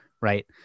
right